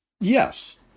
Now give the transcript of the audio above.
Yes